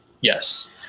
yes